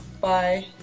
Bye